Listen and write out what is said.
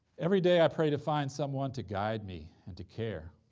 every day i pray to find someone to guide me and to care.